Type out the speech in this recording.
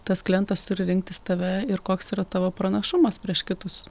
tas klientas turi rinktis tave ir koks yra tavo pranašumas prieš kitus